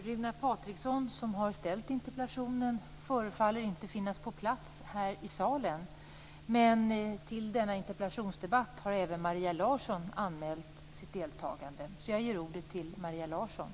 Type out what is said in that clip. Runar Patriksson, som har framställt interpellationen, förefaller inte finnas på plats här i salen. Till denna interpellationsdebatt har även Maria Larsson anmält sitt deltagande. Jag ger ordet till henne.